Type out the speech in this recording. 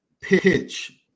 pitch